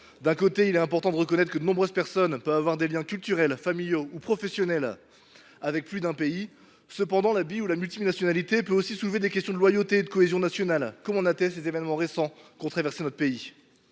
D’un côté, il est important de reconnaître que de nombreuses personnes peuvent entretenir des liens culturels, familiaux ou professionnels avec plus d’un pays. De l’autre, la binationalité ou la multinationalité peut susciter des questions en matière de loyauté et de cohésion nationale, comme en attestent les événements récents qu’a traversés notre pays.